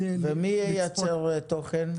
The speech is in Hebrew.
ומי ייצר תוכן?